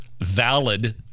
valid